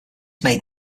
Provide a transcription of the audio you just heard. made